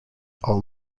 all